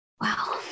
wow